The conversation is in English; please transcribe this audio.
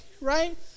right